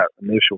initial